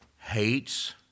hates